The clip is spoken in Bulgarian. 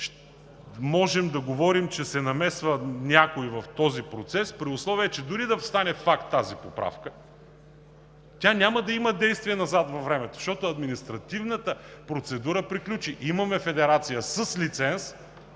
можем да говорим, че се намесва някой в този процес, при условие че дори да стане факт тази поправка, тя няма да има действие назад във времето, защото административната процедура приключи. Имаме федерация с лиценз,